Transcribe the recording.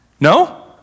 No